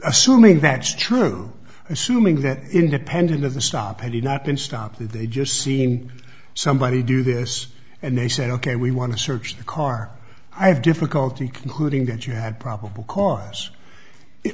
assume if that's true assuming that independent of the stop had he not been stopped they just seen somebody do this and they said ok we want to search the car i have difficulty concluding that you had probable cause if